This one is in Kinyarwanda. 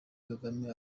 kagame